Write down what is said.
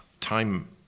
time